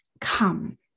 come